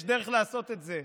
יש דרך לעשות את זה: